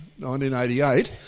1988